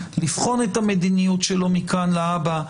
לבחון את המדיניות שלו מכאן להבא.